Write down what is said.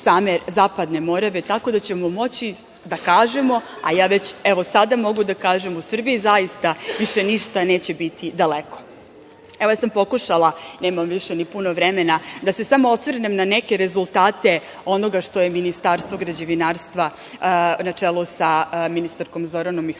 same Zapadne Morave, tako da ćemo moći da kažemo, a ja već sada mogu da kažem, u Srbiji zaista više ništa neće biti daleko. Ja sam pokušala, nemam više ni puno vremena, da se samo osvrnem na neke rezultate onoga što je Ministarstvo građevinarstva, na čelu sa ministarkom Zoranom Mihajlović,